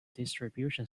distribution